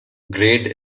grade